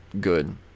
good